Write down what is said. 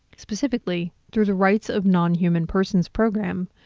specifically, through the rights of non-human persons program,